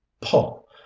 Paul